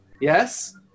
Yes